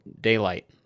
daylight